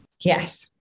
Yes